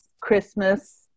Christmas